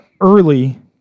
early